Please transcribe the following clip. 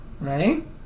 Right